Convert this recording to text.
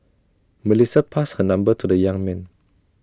Melissa passed her number to the young man